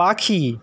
পাখি